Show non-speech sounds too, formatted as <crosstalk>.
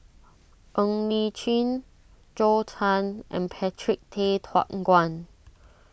Ng Li Chin Zhou Can and Patrick Tay <unintelligible> Guan